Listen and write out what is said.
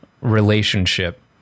relationship